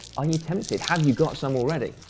are you tempted? have you got some already?